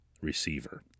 receiver